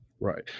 Right